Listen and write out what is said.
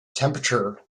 temperature